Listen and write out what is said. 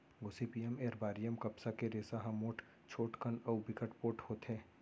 Gossypium arboreum कपसा के रेसा ह मोठ, छोटकन अउ बिकट पोठ होथे